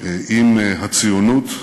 עם הציונות,